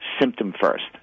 symptom-first